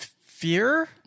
fear